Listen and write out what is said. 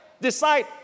decide